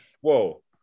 whoa